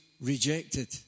rejected